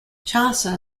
chaucer